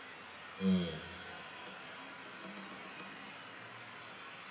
mm